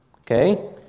Okay